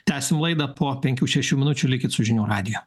tęsim laidą po penkių šešių minučių likit su žinių radiju